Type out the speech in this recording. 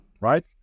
right